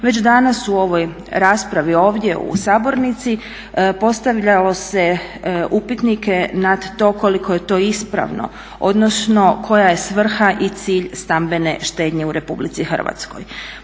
Već danas u ovoj raspravi ovdje u Sabornici postavljalo se upitnike nad to koliko je to ispravno, odnosno koja je svrha i cilj stambene štednje u Republici Hrvatskoj.